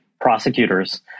prosecutors